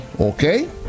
Okay